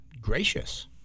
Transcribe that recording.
gracious